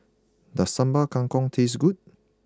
does Sambal Kangkong taste good